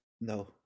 No